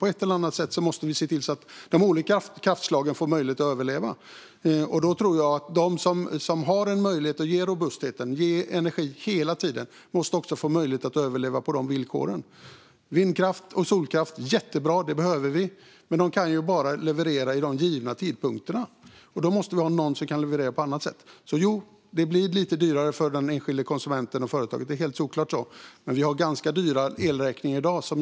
På ett eller annat sätt måste vi se till att de olika kraftslagen får möjlighet att överleva. Jag tror att de som har en möjlighet att ge robusthet, att ge energi hela tiden, måste få möjlighet att överleva på de villkoren. Vindkraft och solkraft är jättebra. Vi behöver dem. Men de kan bara leverera vid de givna tidpunkterna. Då måste vi ha något som kan leverera på annat sätt. Jo, det blir lite dyrare för den enskilde konsumenten och för företaget. Det är solklart. Men vi har ganska dyra elräkningar i dag.